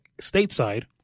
stateside